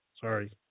Sorry